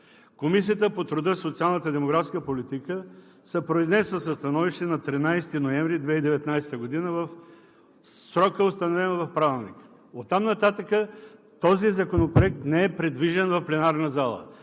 Комисията по труда, социалната и демографската политика се е произнесла със становище на 13 ноември 2019 г. – в срока, установен в Правилника. Оттам нататък този законопроект не е придвижен в пленарната зала,